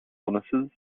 illnesses